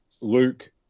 Luke